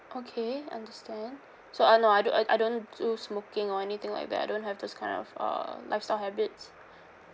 okay understand so uh no I do uh I don't do smoking or anything like that I don't have those kind of uh lifestyle habits